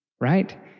right